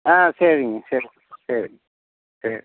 ஆ சரிங்க சரி சரி சரி